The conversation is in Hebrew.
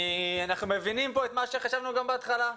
אנחנו מבינים את מה שחשבנו גם בהתחלה.